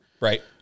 right